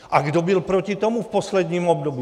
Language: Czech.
A kdo byl proti tomu v posledním období?